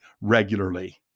regularly